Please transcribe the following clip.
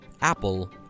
Apple